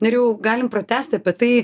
nerijau galim pratęsti apie tai